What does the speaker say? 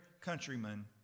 countrymen